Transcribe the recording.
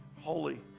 holy